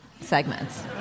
segments